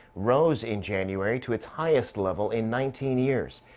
rose in january to its highest level in nineteen years.